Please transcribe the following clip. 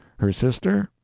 her sister?